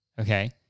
okay